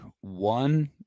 One